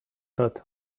not